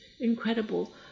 incredible